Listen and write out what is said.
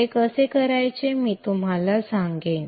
ते कसे करायचे ते मी तुम्हाला सांगेन